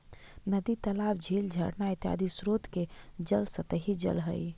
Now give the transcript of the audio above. नदी तालाब, झील झरना इत्यादि स्रोत के जल सतही जल हई